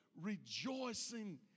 rejoicing